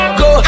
go